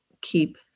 keep